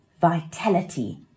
vitality